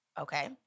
okay